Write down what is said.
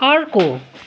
अर्को